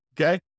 Okay